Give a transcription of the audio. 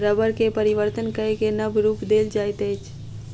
रबड़ के परिवर्तन कय के नब रूप देल जाइत अछि